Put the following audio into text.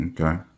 Okay